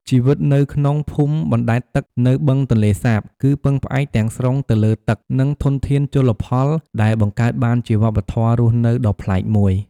ជីវិតនៅក្នុងភូមិបណ្ដែតទឹកនៅបឹងទន្លេសាប គឺពឹងផ្អែកទាំងស្រុងទៅលើទឹក និងធនធានជលផល ដែលបង្កើតបានជាវប្បធម៌រស់នៅដ៏ប្លែកមួយ។